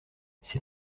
c’est